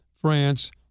France